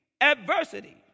adversity